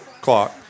clock